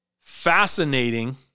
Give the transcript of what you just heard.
Fascinating